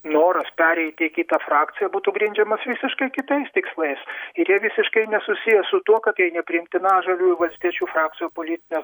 noras pereiti į kitą frakciją būtų grindžiamas visiškai kitais tikslais ir jie visiškai nesusiję su tuo kad jai nepriimtina žaliųjų valstiečių frakcijų politinio